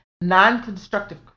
non-constructive